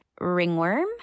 ringworm